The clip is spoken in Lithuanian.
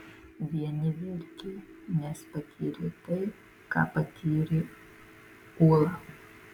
vieni verkė nes patyrė tai ką patyrė ūla